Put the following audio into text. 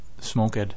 smoked